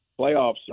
playoffs